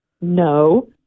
No